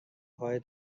های